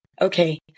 Okay